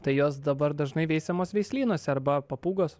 tai jos dabar dažnai veisiamos veislynuose arba papūgos